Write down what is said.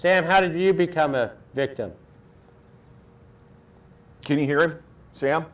sam how did you become a victim can you hear